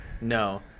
no